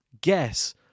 guess